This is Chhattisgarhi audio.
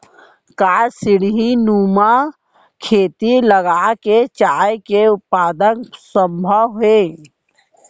का सीढ़ीनुमा खेती लगा के चाय के उत्पादन सम्भव हे?